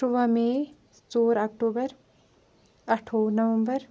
تٕرٛواہ مے ژور اَکٹوٗبَر اَٹھووُہ نَومبَر